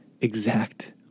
exact